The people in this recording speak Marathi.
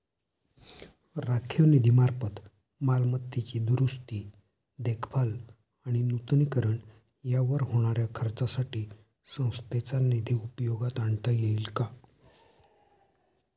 राखीव निधीमार्फत मालमत्तेची दुरुस्ती, देखभाल आणि नूतनीकरण यावर होणाऱ्या खर्चासाठी संस्थेचा निधी उपयोगात आणता येईल का?